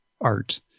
art